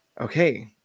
okay